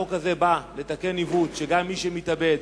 החוק הזה בא לתקן עיוות: מי שמתאבד,